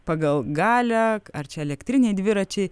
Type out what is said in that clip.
pagal galią ar čia elektriniai dviračiai